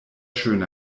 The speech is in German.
schön